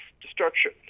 destruction